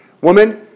woman